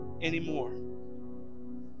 anymore